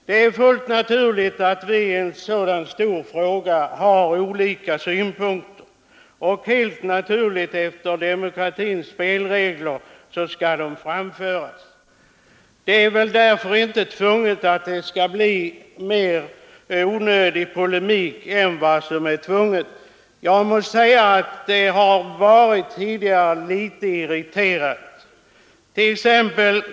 Det är fullt naturligt att vi i en sådan här stor fråga har olika synpunkter, och helt naturligt skall de framföras efter demokratins spelregler. Därför är man inte tvungen att gå in på onödig polemik. Det har varit lite irriterat tidigare.